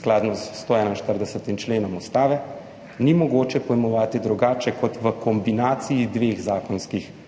skladno s 141. členom Ustave ni mogoče pojmovati drugače kot v kombinaciji dveh zakonskih pogojev.